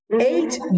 eight